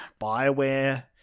Bioware